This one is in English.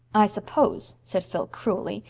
i suppose, said phil cruelly,